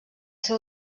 seu